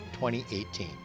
2018